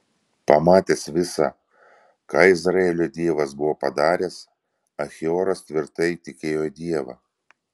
pamatęs visa ką izraelio dievas buvo padaręs achioras tvirtai įtikėjo dievą